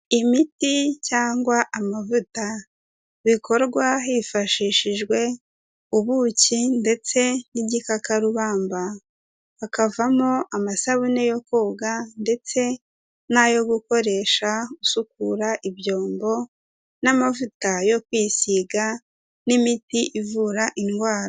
Imiti cyangwa amavuta bikorwa hifashishijwe ubuki ndetse n'igikakarubamba, hakavamo amasabune yo koga ndetse n'ayo gukoresha nsukura ibyombo n'amavuta yo kwisiga n'imiti ivura indwara.